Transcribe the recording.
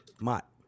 Mott